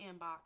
inbox